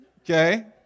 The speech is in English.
Okay